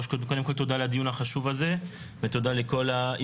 הדיון כאן מוצג כדיון של מושרת,